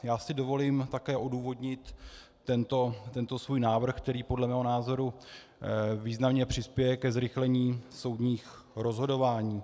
Já si dovolím také odůvodnit tento svůj návrh, který podle mého názoru významně přispěje ke zrychlení soudních rozhodování.